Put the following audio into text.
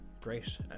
great